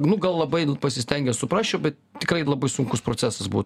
nu gal labai nu pasistengęs suprasčiau bet tikrai labai sunkus procesas būtų